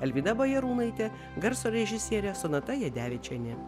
alvyda bajarūnaitė garso režisierė sonata jadevičienė